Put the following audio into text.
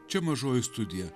čia mažoji studija